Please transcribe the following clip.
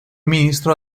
ministro